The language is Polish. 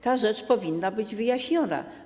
Ta rzecz powinna być wyjaśniona.